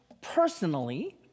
personally